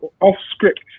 off-script